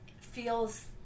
feels